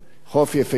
חוף יפהפה.